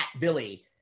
Billy